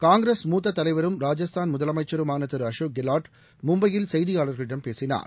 காங்கிரஸ் மூத்த தலைவரும் ராஜஸ்தான் முதலமைச்சருமான திரு அசோக் கேலாட் மும்பையில் செய்தியாளரிடம் பேசினார்